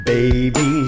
Baby